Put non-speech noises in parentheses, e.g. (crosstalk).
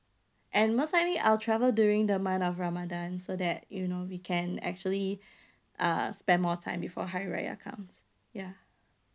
and most likely I'll travel during the month of ramadan so that you know we can actually (breath) uh spend more time before hari raya comes ya